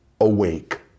awake